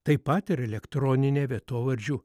taip pat ir elektroninė vietovardžių